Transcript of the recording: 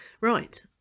Right